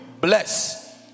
bless